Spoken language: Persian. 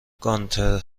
گانتر